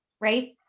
Right